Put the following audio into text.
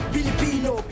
Filipino